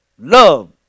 Love